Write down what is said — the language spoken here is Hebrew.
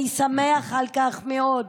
אני שמח על כך מאוד,